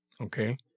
Okay